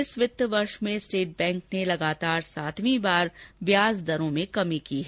इस वित्त वर्ष में स्टेट बैंक ने लगातार सातवीं बार ब्याज दरों में कमी की है